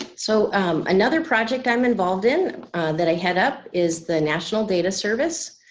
so another project i'm involved in that i head up is the national data service.